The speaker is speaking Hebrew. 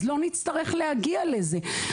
ככה לא נצטרך להגיע לזה.